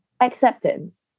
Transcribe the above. acceptance